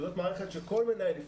שזאת מערכת שכל מנהל,